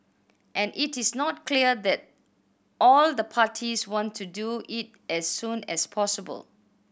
and it is not clear that all the parties want to do it as soon as possible